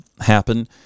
happen